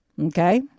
Okay